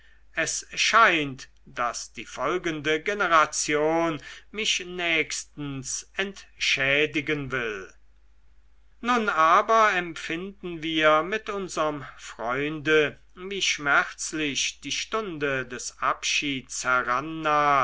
es scheint daß die folgende generation mich nächstens entschädigen will nun aber empfinden wir mit unserm freunde wie schmerzlich die stunde des abschieds